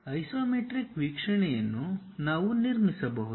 isometric ವೀಕ್ಷಣೆಯನ್ನು ನಾವು ನಿರ್ಮಿಸಬಹುದು